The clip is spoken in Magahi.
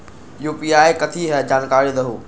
यू.पी.आई कथी है? जानकारी दहु